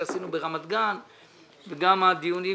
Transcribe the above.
גם הישיבות